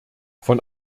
von